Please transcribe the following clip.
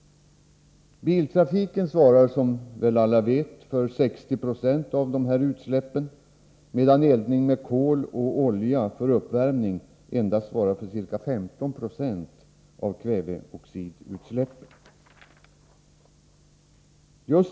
Biltrafiken svarar, som väl alla vet, för 60 70 av dessa utsläpp, medan eldning med kol och olja för uppvärmning endast svarar för ca 15 90 av kväveoxidutsläppen.